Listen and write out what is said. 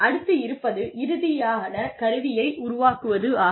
அடுத்து இருப்பது இறுதியான கருவியை உருவாக்குவதாகும்